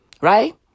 right